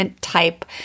type